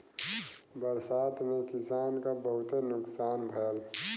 बरसात में किसान क बहुते नुकसान भयल